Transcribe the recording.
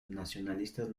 nacionalistas